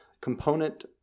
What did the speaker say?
component